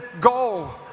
Go